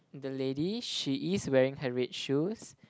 the lady she is wearing her red shoes